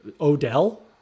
Odell